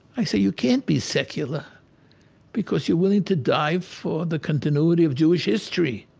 i say, you can't be secular because you're willing to die for the continuity of jewish history.